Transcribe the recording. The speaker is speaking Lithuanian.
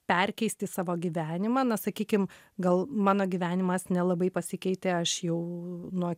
perkeisti savo gyvenimą na sakykim gal mano gyvenimas nelabai pasikeitė aš jau nuo